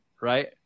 right